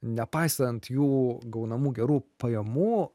nepaisant jų gaunamų gerų pajamų